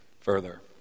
further